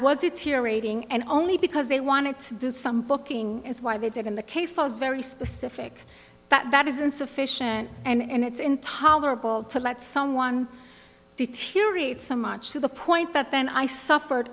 wasn't here waiting and only because they wanted to do some booking as why they did in the case was very specific that is insufficient and it's intolerable to let someone deteriorate so much to the point that then i suffered